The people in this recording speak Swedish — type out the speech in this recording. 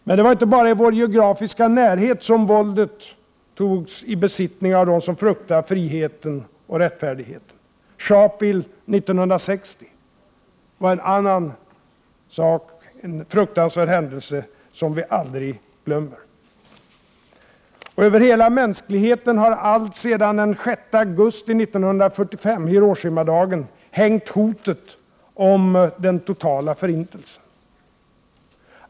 Men det var inte bara i vår geografiska närhet som våldet togs i bruk av den som fruktade friheten och rättfärdigheten. Sharpville 1960 var en annan fruktansvärd händelse som vi aldrig glömmer. Över hela mänskligheten har alltsedan den 6 augusti 1945 — Hiroshimadagen — hängt hotet om den totala förintelsen.